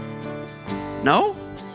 No